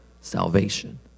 salvation